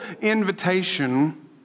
invitation